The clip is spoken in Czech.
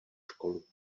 školu